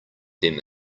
them